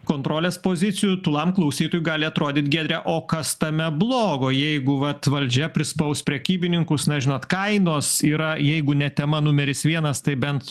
kontrolės pozicijų tūlam klausytojui gali atrodyt giedre o kas tame blogo jeigu vat valdžia prispaus prekybininkus na žinot kainos yra jeigu ne tema numeris vienas tai bent